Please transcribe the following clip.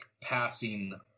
passing